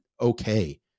okay